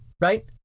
Right